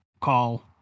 call